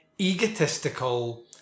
egotistical